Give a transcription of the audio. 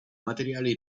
materiali